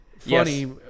Funny